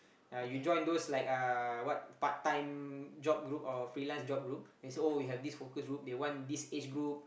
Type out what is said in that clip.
ya you join those like uh what part time job group or freelance job group they say oh we have this focus group they want this age group